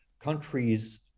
countries